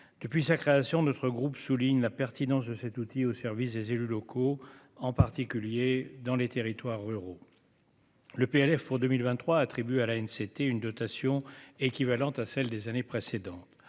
depuis sa création, notre groupe souligne la pertinence de cet outil au service des élus locaux, en particulier dans les territoires ruraux le PLF pour 2023 attribue à la une, c'était une dotation équivalente à celle des années précédentes,